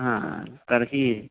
हा तर्हि